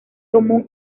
común